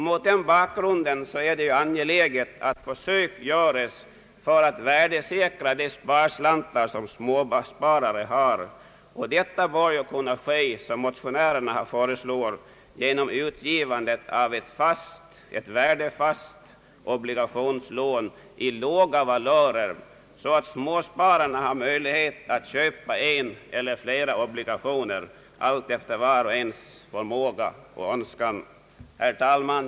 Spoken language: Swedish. Mot den bakgrunden är det angeläget att försök görs att värdesäkra de sparslantar som småsparare har. Detta bör, som motionärerna föreslår, kunna ske genom utgivandet av ett värdefast obligationslån i låga valörer, så att småspararna har möjlighet att köpa en eller flera obligationer allt efter vars och ens förmåga och önskan. Herr talman!